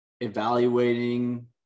evaluating